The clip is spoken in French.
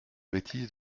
bêtise